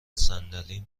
صندلیم